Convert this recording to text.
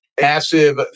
massive